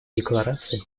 декларации